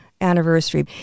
anniversary